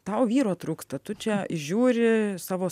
tau vyro trūksta tu čia žiūri savo